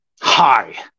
hi